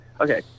okay